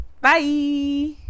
Bye